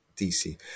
DC